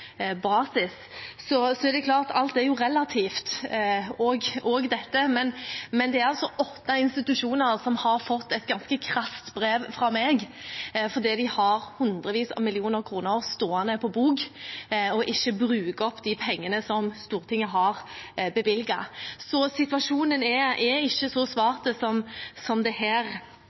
Alt er relativt – også dette – men det er altså åtte institusjoner som har fått et ganske krast brev fra meg, fordi de har hundrevis av millioner kroner stående på bok og ikke bruker opp de pengene som Stortinget har bevilget. Så situasjonen er ikke så svart som det her